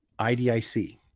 idic